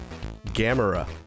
Gamera